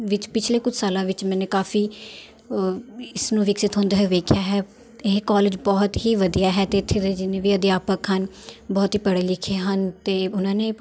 ਵਿੱਚ ਪਿਛਲੇ ਕੁਛ ਸਾਲਾਂ ਵਿੱਚ ਮੈਨੇ ਕਾਫ਼ੀ ਇਸਨੂੰ ਵਿਕਸਿਤ ਹੁੰਦੇ ਹੋਏ ਵੇਖਿਆ ਹੈ ਇਹ ਕੋਲੇਜ ਬਹੁਤ ਹੀ ਵਧੀਆ ਹੈ ਅਤੇ ਇੱਥੇ ਦੇ ਜਿੰਨੇ ਵੀ ਅਧਿਆਪਕ ਹਨ ਬਹੁਤ ਹੀ ਪੜ੍ਹੇ ਲਿਖੇ ਹਨ ਅਤੇ ਉਹਨਾਂ ਨੇ